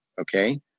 Okay